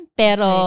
pero